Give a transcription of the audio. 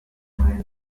wie